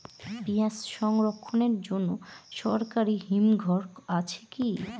পিয়াজ সংরক্ষণের জন্য সরকারি হিমঘর আছে কি?